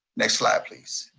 next slide please.